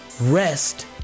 rest